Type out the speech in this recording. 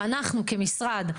שאנחנו כמשרד,